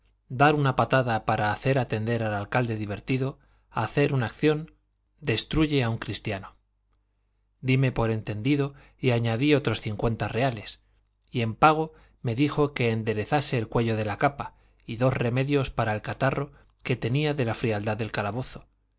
dar una patada para hacer atender al alcalde divertido hacer una acción destruye a un cristiano dime por entendido y añadí otros cincuenta reales y en pago me dijo que enderezase el cuello de la capa y dos remedios para el catarro que tenía de la frialdad del calabozo